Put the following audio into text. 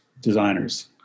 designers